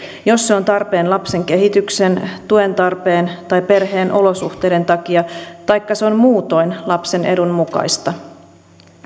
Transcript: jos se on tarpeen lapsen kehityksen tuen tarpeen tai perheen olosuhteiden takia taikka se on muutoin lapsen edun mukaista